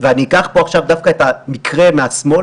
ואני אקח פה דווקא את המקרה מהשמאל,